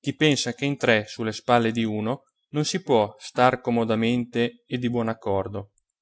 chi pensa che in tre sulle spalle di uno non si può star comodamente e di buon accordo